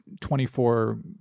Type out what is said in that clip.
24